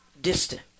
distant